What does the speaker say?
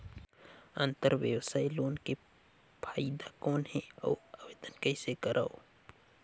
अंतरव्यवसायी लोन के फाइदा कौन हे? अउ आवेदन कइसे करव?